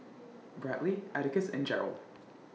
Bradly Atticus and Gerald